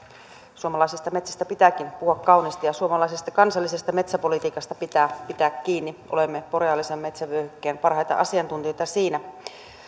suomalaisista metsistä pitääkin puhua kauniisti ja suomalaisesta kansallisesta metsäpolitiikasta pitää pitää kiinni olemme boreaalisen metsävyöhykkeen parhaita asiantuntijoita siinä